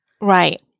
Right